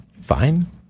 fine